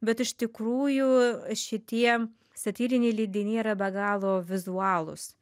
bet iš tikrųjų šitie satyriniai leidiniai yra be galo vizualūs